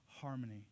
harmony